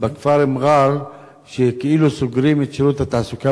בכפר מע'אר כאילו סוגרים את שירות התעסוקה